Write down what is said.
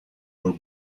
were